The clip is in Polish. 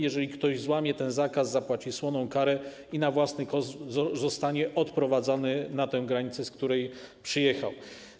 Jeżeli ktoś złamie ten zakaz, zapłaci słoną karę i na własny koszt zostanie odprowadzony na tę granicę, z której przyjechał.